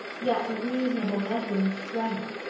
yet a reasonable measure in strength.